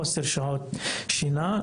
בחוסר שעות שינה,